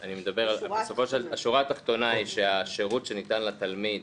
השורה התחתונה היא שהשירות שניתן לתלמיד,